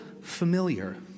familiar